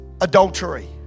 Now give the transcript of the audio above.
adultery